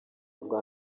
ngo